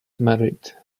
married